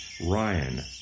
Ryan